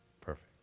Perfect